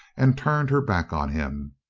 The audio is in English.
and turned her back on him.